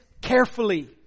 carefully